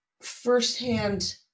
firsthand